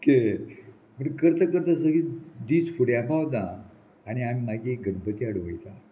की करता करता सगळी दीस फुड्या पावता आनी आमी मागीर गणपती हाडूंक वयता